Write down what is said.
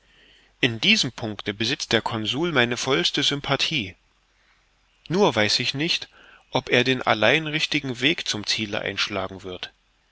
in diesem punkte besitzt der consul meine vollste sympathie nur weiß ich nicht ob er den allein richtigen weg zum ziele einschlagen wird